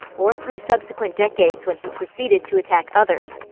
or through subsequent decades when he proceeded to attack others.